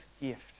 gift